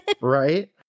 Right